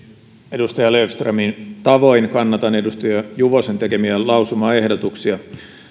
edustaja löfströmin tavoin kannatan edustaja juvosen tekemiä lausumaehdotuksia